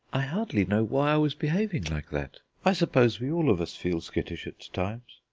i hardly know why i was behaving like that. i suppose we all of us feel skittish at times.